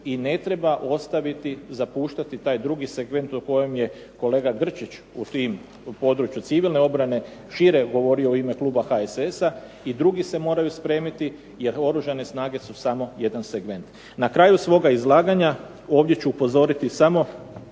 i ne treba ostaviti, zapuštati taj drugi segment o kojem je kolega Grčić u tim, u području civilne obrane šire govorio u ime kluba HSS-a, i drugi se moraju spremiti, jer oružane snage su samo jedan segment. Na kraju svoga izlaganja ovdje ću upozoriti samo